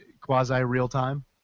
quasi-real-time